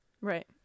right